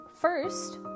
first